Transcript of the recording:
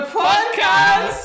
podcast